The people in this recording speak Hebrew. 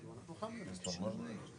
לוותר מ-38 עד 58, אפשר?